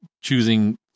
choosing